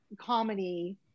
comedy